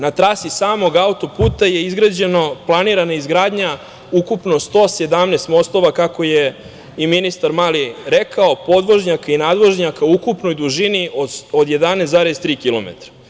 Na trasi samog auto-puta je planirana izgradnja ukupno 117 mostova, kako je i ministar Mali rekao, podvožnjaka i nadvožnjaka u ukupnoj dužini od 11,3 kilometara.